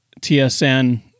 TSN